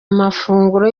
amafunguro